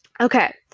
Okay